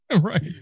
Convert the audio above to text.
Right